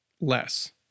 less